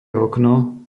okno